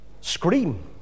scream